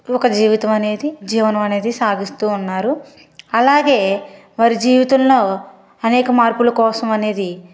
ఒక జీవితం అనేది జీవనం అనేది సాగిస్తు ఉన్నారు అలాగే వారి జీవితంలో అనేక మార్పుల కోసం అనేది